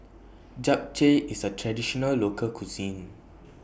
Japchae IS A Traditional Local Cuisine